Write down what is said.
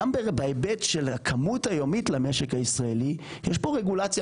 גם בהיבט של הכמות היומית למשק הישראלי יש פה רגולציה